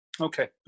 Okay